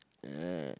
yeah